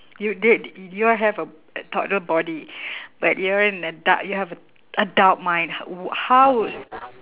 you're dead you are have a a toddler body but you are an adult you have a adult mind h~ w~ how would